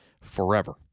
forever